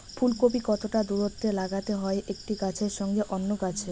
ফুলকপি কতটা দূরত্বে লাগাতে হয় একটি গাছের সঙ্গে অন্য গাছের?